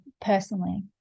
personally